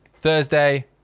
Thursday